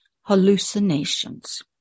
hallucinations